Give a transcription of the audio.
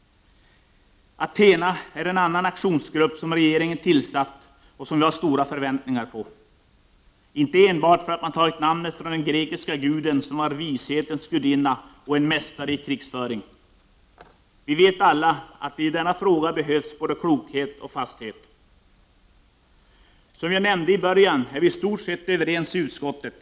Athena är en annan aktionsgrupp som regeringen tillsatt och som vi har stora förväntningar på, inte enbart därför att man tagit namnet från den grekiska gudinna som var vishetens gudinna och en mästare i krigföring. Vi vet alla att i denna fråga behövs både klokhet och fasthet. Som jag nämnde i början är vi i stort sett överens i utskottet.